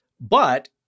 But-